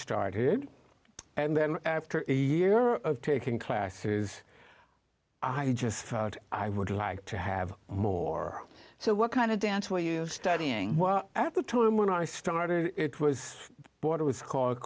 started and then after a year of taking classes i just thought i would like to have more so what kind of dance were you studying well at the time when i started it was it was called